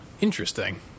Interesting